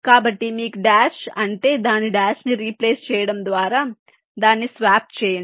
కాబట్టి మీకు డాష్ ఉంటే దాన్ని డాష్ ని రీప్లేస్ చేయడం ద్వారా దాన్ని స్వాప్ చేయండి